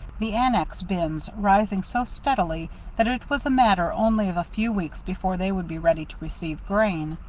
the annex bins, rising so steadily that it was a matter only of a few weeks before they would be ready to receive grain.